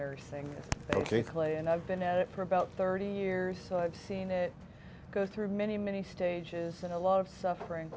ok clay and i've been at it for about thirty years so i've seen it go through many many stages and a lot of suffering